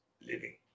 living